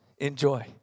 Enjoy